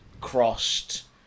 crossed